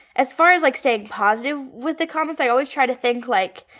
as far as like staying positive with the comments, i always try to think like,